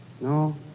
No